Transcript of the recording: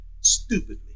stupidly